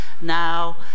Now